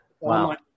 Wow